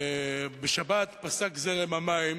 בשבת פסק זרם המים